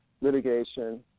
litigation